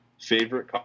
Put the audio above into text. Favorite